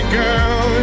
girl